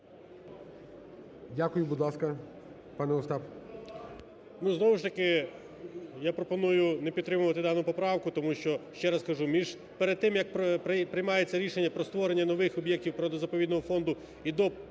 Дякую. Будь ласка, пане Остап.